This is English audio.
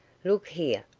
look here,